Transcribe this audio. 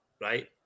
right